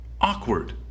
awkward